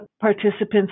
participants